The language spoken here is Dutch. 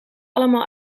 allemaal